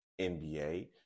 NBA